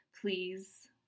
please